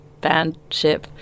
bandship